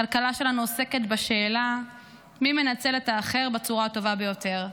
הכלכלה שלנו עוסקת בשאלה מי מנצל את האחר בצורה הטובה ביותר,